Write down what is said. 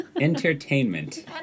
Entertainment